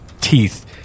teeth